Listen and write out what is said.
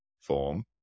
form